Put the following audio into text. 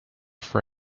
for